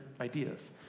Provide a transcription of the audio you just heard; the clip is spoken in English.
ideas